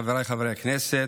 חבריי חברי הכנסת,